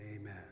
Amen